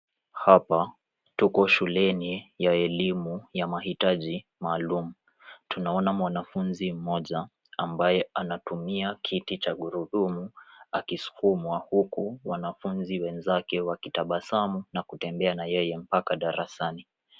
Hapa tuko shuleni ya elimu ya mahitaji maalum. Tunaona mwanafunzi mmoja ambaye anatumia kiti cha gurudumu akiskumwa huku wanafunzi wenzake wakitabasamu na kutembea nayy mpaka darasani.